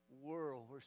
world